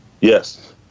yes